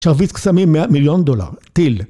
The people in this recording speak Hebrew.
‫שרביט קסמים מלונדון, תיל.